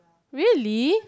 really